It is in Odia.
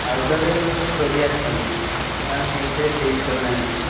ଆଉଟଡୋରରେ ଯେଉଁ ରୋଗୀ ଆସୁଛନ୍ତି ତାଙ୍କୁ ଠିକସେ ଚିଟ୍ ଦେଉନାହାନ୍ତି